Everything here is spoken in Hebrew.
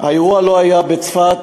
האירוע לא היה בצפת,